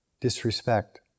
disrespect